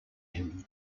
him